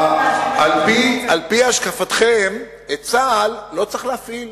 על-פי השקפתכם, את צה"ל לא צריך להפעיל,